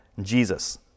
Jesus